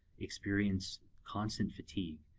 experience constant fatigue,